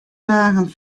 dagen